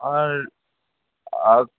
আমাৰ